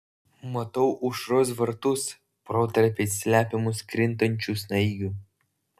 matau aušros vartus protarpiais slepiamus krintančių snaigių